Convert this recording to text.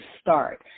start